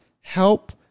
help